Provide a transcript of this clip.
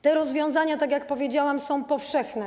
Te rozwiązania, tak jak powiedziałam, są powszechne.